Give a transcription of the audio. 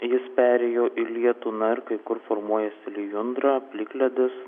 jis perėjo į lietų na ir kai kur formuojasi lijundra plikledis